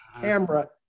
camera